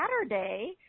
Saturday